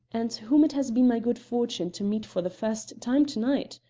and whom it has been my good fortune to meet for the first time to-night?